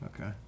Okay